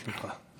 לרשותך.